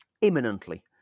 imminently